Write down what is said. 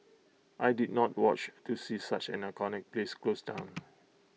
I did not watch to see such an iconic place close down